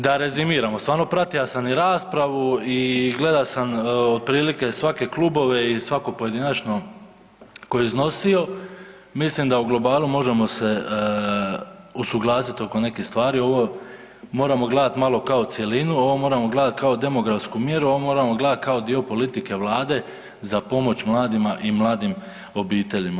Da rezimiramo, stvarno pratio sam i raspravu i gledao sam otprilike svake klubove i svaku pojedinačnu tko je iznosio, mislim da u globalu možemo se usuglasiti oko nekih stvari, ovo moramo gledat malo kao cjelinu, ovo moramo gledat kao demografsku mjeru, ovo moramo gledat kao dio politike Vlade za pomoć mladima i mladim obiteljima.